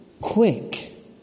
Quick